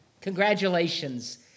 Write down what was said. Congratulations